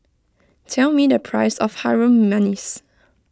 tell me the price of Harum Manis